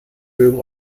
mögen